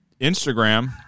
Instagram